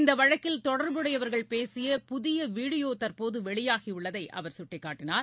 இந்த வழக்கில் தொடர்புடையவர்கள் பேசிய புதிய வீடியோ தற்போது வெளியாகியுள்ளதை அவர் சுட்டிக்காட்டினார்